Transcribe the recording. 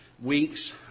weeks